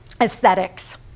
Aesthetics